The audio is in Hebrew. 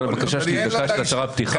הבקשה שלי היא לתת הצהרת פתיחה.